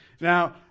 Now